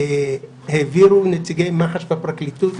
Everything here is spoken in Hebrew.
העבירו נציגי מח"ש והפרקליטות,